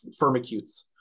firmicutes